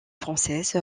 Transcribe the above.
française